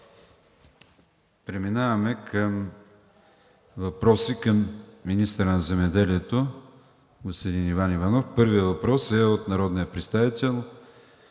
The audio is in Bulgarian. Преминаваме към въпроси към министъра на земеделието – господин Иван Иванов. Първият въпрос е от народния представител